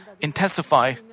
intensify